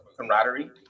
camaraderie